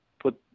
put